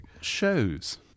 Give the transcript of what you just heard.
Shows